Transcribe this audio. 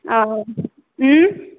आ उ